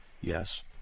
Yes